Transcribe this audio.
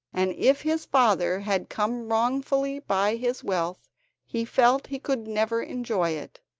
and if his father had come wrongfully by his wealth he felt he could never enjoy it,